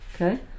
Okay